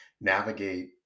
navigate